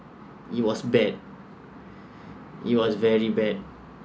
it was bad it was very bad